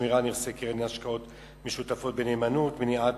שמירה על נכסי קרן להשקעות משותפות בנאמנות ומניעת